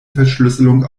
verschlüsselung